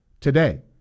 today